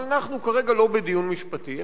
אבל אנחנו כרגע לא בדיון משפטי.